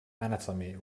anatomy